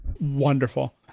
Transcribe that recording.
Wonderful